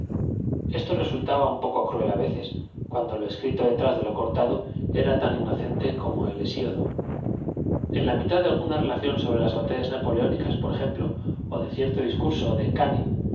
esto resultaba un poco cruel a veces cuando lo escrito detrás de lo cortado era tan inocente como el hesiodo en la mitad de alguna relación sobre las batallas napoleónicas por ejemplo o de cierto discurso de cánning